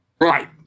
right